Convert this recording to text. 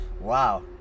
Wow